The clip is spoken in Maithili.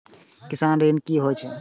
किसान ऋण की होय छल?